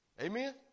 Amen